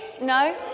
no